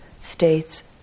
states